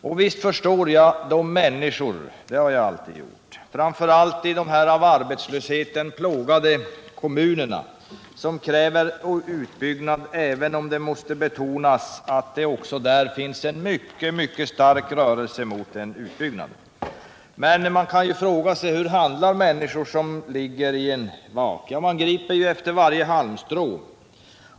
Och visst förstår jag — det har jag alltid gjort — de människor, framför allt i dessa av arbetslösheten plågade kommuner, som kräver utbyggnad. Men det måste betonas att det också där finns en mycket stark rörelse mot en utbyggnad. Man kan här fråga sig: Hur handlar människor som ligger i en vak? Jo, de griper efter varje halmstrå.